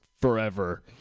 forever